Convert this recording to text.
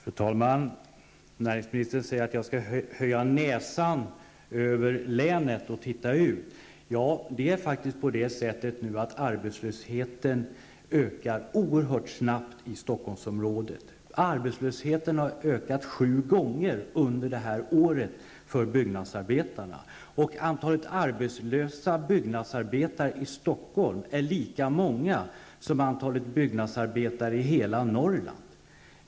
Fru talman! Näringsministern säger att jag skall höja näsan över länet och titta ut. Ja, det är på det sättet att arbetslösheten nu ökar oerhört snabbt i Stockholmsområdet. Arbetslösheten har ökat sju gånger om under det här året för byggnadsarbetarna, och antalet arbetslösa byggnadsarbetare i Stockholm är lika stort som antalet byggnadsarbetare i hela Norrland.